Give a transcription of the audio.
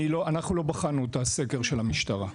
אנחנו לא בחנו את הסקר של המשטרה.